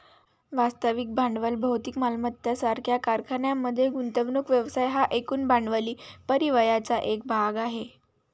वास्तविक भांडवल भौतिक मालमत्ता सारख्या कारखान्यांमध्ये गुंतवणूक व्यवसाय हा एकूण भांडवली परिव्ययाचा एक भाग आहे